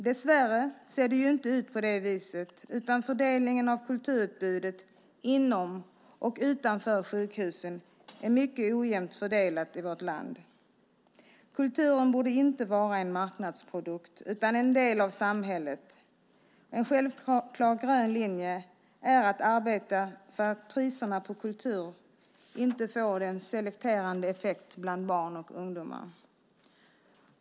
Dessvärre ser det inte ut på det viset, utan fördelningen av kulturutbudet inom och utanför sjukhusen är mycket ojämn i vårt land. Kulturen borde inte vara en marknadsprodukt utan en del av samhället. En självklar grön linje är att arbeta för att priserna på kultur inte får en selekterande effekt bland barn och ungdomar.